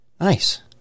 Nice